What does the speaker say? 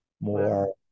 more